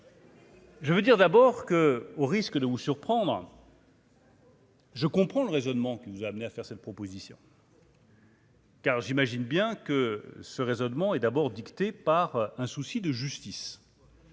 Je veux dire d'abord que, au risque de vous surprendre. Je comprends le raisonnement qui vous a amené à faire cette proposition. Car j'imagine bien que ce raisonnement est d'abord dictée par un souci de justice.